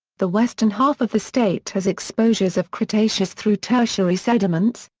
the western half of the state has exposures of cretaceous through tertiary sediments,